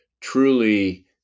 truly